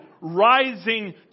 rising